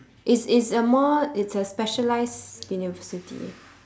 it's it's a more it's a specialized university